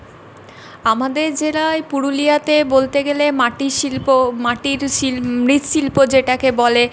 আমাদের জেলায় পুরুলিয়াতে বলতে গেলে মাটির শিল্প মাটির শিল মৃৎশিল্প যেটাকে বলে